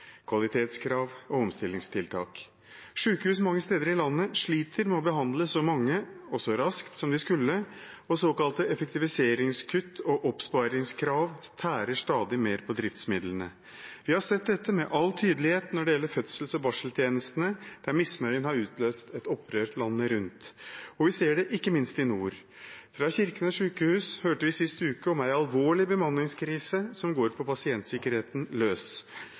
kvalitetskrav og omstillingstiltak. Sykehus mange steder i landet sliter med å behandle så mange og så raskt som de skulle, og såkalte effektiviseringskutt og oppsparingskrav tærer stadig mer på driftsmidlene. Vi har sett dette med all tydelighet når det gjelder fødsels- og barseltjenestene, der misnøyen har utløst et opprør landet rundt, og vi ser det ikke minst i nord. Fra Kirkenes sykehus hørte vi sist uke om en alvorlig bemanningskrise som går på pasientsikkerheten løs.